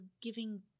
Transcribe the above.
giving